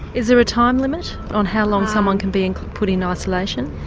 is there a time limit on how long someone can be and put in ah isolation?